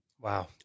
Wow